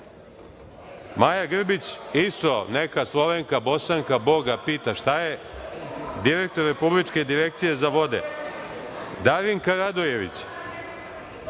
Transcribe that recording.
Maja Grbić, isto neka Slovenka, Bosanka, boga pitaj šta je, direktor Republičke direkcije za vode, Darinka Radojević